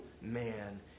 man